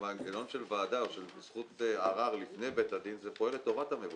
המנגנון של ועדה או של זכות ערר לפני בית הדין פועל לטובת המבוטח,